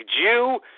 Jew